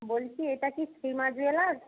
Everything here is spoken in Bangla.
বলছি এটা কি শ্রীমা জুয়েলার্স